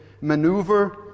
maneuver